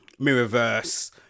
Mirrorverse